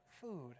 food